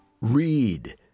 Read